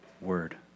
word